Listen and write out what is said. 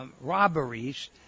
robberies